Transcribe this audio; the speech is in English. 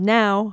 now